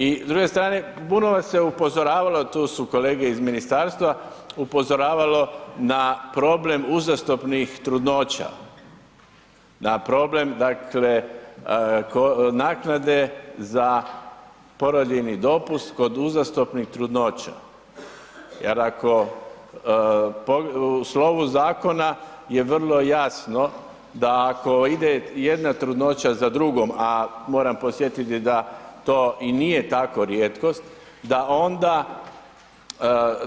I s druge strane, puno vas se upozoravalo, tu su kolege iz ministarstva, upozoravalo na problem uzastopnih trudnoća, na problem dakle, naknade za porodiljni dopust kod uzastopnih trudnoća jer ako, u slovu zakona je vrlo jasno da ako ide jedna trudnoća za drugom, a moram podsjetiti da to i nije tako rijetkost, da onda